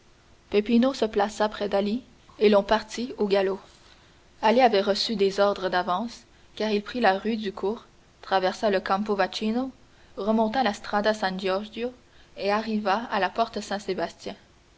se plaça près d'ali et l'on partit au galop ali avait reçu des ordres d'avance car il prit la rue du cours traversa le campo vaccino remonta la strada san gregorio et arriva à la porte